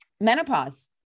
menopause